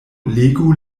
legu